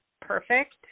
perfect